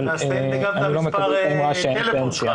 אבל אני לא מקבל את האמירה שאין פנסיה.